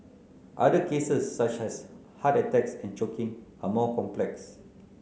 other cases such as heart attacks and choking are more complex